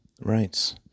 Right